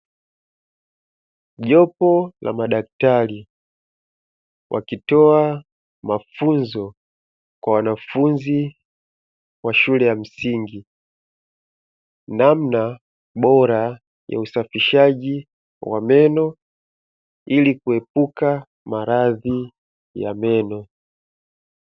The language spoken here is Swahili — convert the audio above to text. Jopo la madaktari, wakitoa mafunzo kwa wanafunzi wa shule ya msingi namna bora ya usafishaji wa meno ili kuepuka maradhi ya meno.